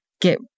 get